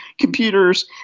computers